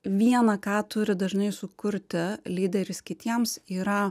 viena ką turi dažnai sukurti lyderis kitiems yra